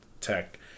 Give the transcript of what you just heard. tech